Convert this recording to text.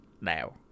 now